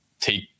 take